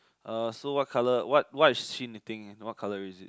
uh so what colour what what is she knitting what colour is it